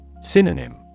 Synonym